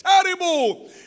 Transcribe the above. terrible